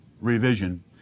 revision